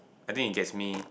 I think it gets me